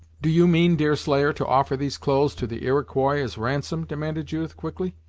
do you mean, deerslayer, to offer these clothes to the iroquois as ransom? demanded judith, quickly.